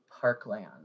Parkland